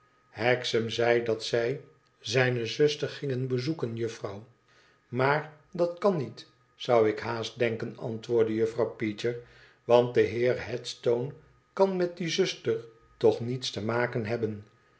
hexam zei dat zij zijne zuster gingen bezoeken juffrouw maar dat kan niet zou ik haast denken antwoordde juffrouw peecher want de heer headstone kan met die zuster toch niets te maken hebben